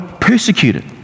persecuted